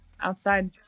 outside